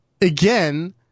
again